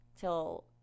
till